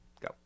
Go